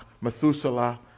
Methuselah